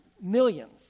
millions